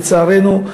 לצערנו,